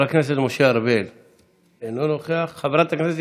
אנחנו עדיין נאלצים לשמר חלק מההגבלות,